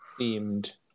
themed